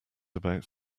about